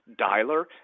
dialer